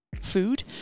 food